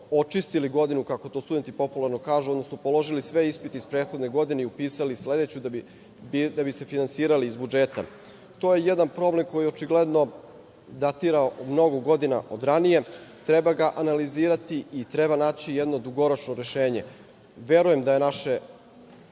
očistili godinu, kako to studenti popularno kažu, odnosno položili sve iz prethodne godine i upisali sledeću da bi se finansirali iz budžeta. To je jedan problem koji očigledno datira mnogo godina od ranije. Treba ga analizirati i treba naći jedno dugoročno rešenje. Verujem da je naše